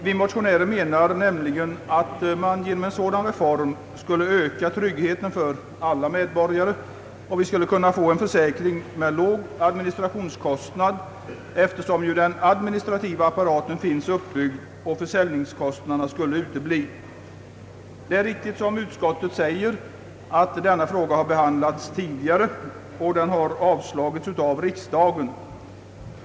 Vi motionärer menar att man genom en sådan skulle öka tryggheten för alla medborgare. Vi kan få en försäkring med låg administrationskostnad, eftersom den administrativa apparaten finns uppbyggd och försäljningskostnaderna skulle utebli. Det är riktigt som utskottet säger att denna fråga behandlats tidigare och att den avslagits av riksdagen.